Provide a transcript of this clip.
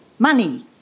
money